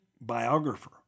biographer